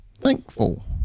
thankful